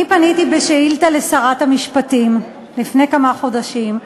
אני פניתי בשאילתה לשרת המשפטים לפני כמה חודשים,